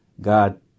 God